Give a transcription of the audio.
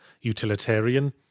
utilitarian